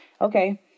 okay